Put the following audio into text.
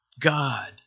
God